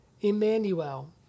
Emmanuel